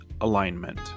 Alignment